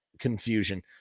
Confusion